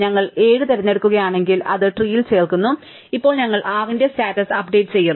ഞങ്ങൾ 7 തിരഞ്ഞെടുക്കുകയാണെങ്കിൽ ഞങ്ങൾ അത് ട്രീൽ ചേർക്കുന്നു ഇപ്പോൾ ഞങ്ങൾ 6 ന്റെ സ്റ്റാറ്റസ് അപ്ഡേറ്റ് ചെയ്യും